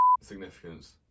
significance